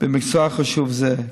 במקצוע חשוב זה,